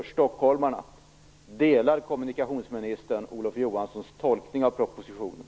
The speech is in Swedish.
Delar kommunikationsministern Olof Johanssons tolkning av propositionen?